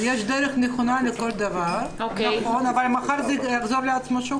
יש דרך נכונה לכל דבר, אבל מחר זה יחזור על עצמו.